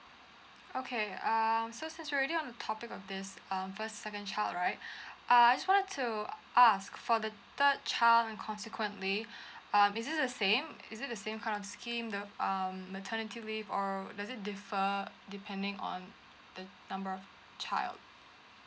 okay um so since already on the topic of this um first second child right uh I just want to ask for the third child and consequently um is it the same is it the same kind of scheme the um maternity leave or does it differ depending on the number of child